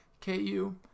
KU